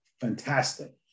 Fantastic